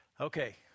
Okay